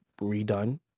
redone